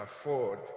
afford